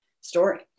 story